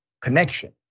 connection